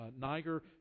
Niger